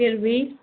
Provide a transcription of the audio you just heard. پھر بھی